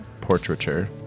portraiture